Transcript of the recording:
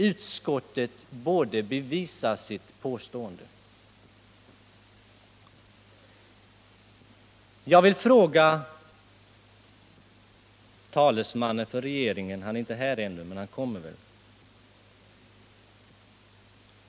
Utskottet borde bevisa sitt påstå | 18 oktober 1978 — ende. | Jag vill ställa en konkret fråga till regeringens talesman. Han är inte här ännu, men han kommer väl.